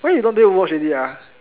why you don't play Overwatch already ah